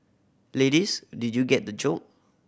ladies did you get the joke